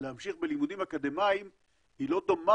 להמשיך בלימודים אקדמיים היא לא דומה